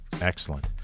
Excellent